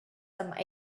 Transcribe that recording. some